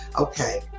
okay